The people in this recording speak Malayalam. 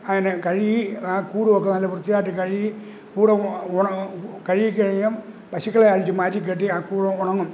അതിനെ കഴുകി ആ കൂടുമൊക്കെ നല്ല വൃത്തിയായിട്ട് കഴുകി കൂട് ഉണങ്ങി കഴുകിക്കഴിഞ്ഞും പശുക്കളെ അഴിച്ച് മാറ്റി കെട്ടിയാല് കൂട് ഉണങ്ങും